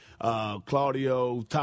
Claudio